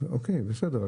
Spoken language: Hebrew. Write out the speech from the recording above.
אוקיי בסדר,